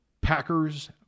Packers